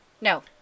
No